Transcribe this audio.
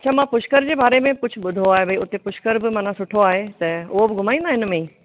अच्छा मां पुष्कर जे बारे में कुझु ॿुधो आहे भई उते पुष्कर बि माना सुठो आहे त उहो बि घुमाईंदा इनमें ई